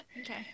Okay